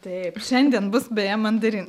taip šiandien bus beje mandarinas